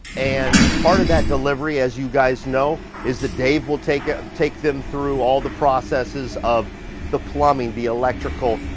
and part of that delivery, as you guys know, is that dave will take ah take them through all the processes of the plumbing, the electrical,